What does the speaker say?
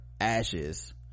ashes